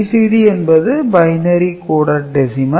BCD என்பது Binary coded Decimal